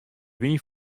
wyn